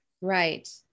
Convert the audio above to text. Right